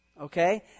okay